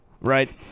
right